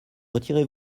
retirez